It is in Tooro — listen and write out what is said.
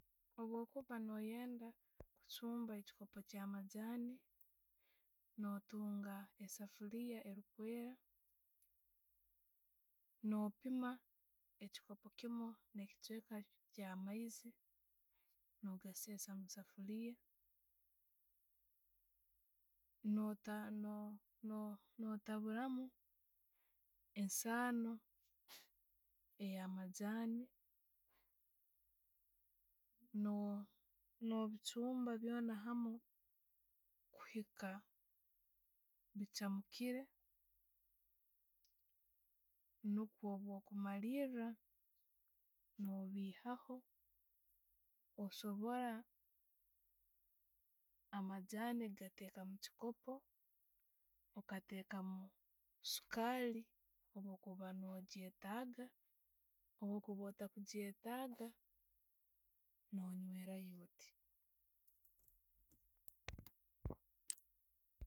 Obwokuba no'yenda kuchumba echikopo kyamajaani, no'tunga essefuuliiya elikweera no'piima echikopo kiimu ne'kichweeka ekya maiizi, nogasensa musefuliiya, no na- no- notaburamu esaano eyamajaani no'bichumba byoona hamu kuhiikka bichamukiire nukwo bwokumaliira no'bihaho. Osobora amajaani gateeka omuchikopo, okattekamu sukaali bwokuba no chyetaaga, bwokuba otakuchetaaga, noywwerayo otti.